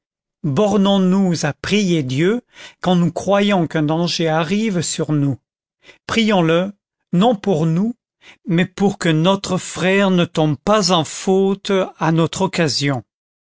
bornons-nous à prier dieu quand nous croyons qu'un danger arrive sur nous prions le non pour nous mais pour que notre frère ne tombe pas en faute à notre occasion